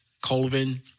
Colvin